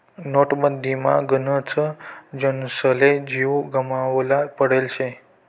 नोटबंदीमा गनच जनसले जीव गमावना पडेल शे